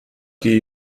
gehe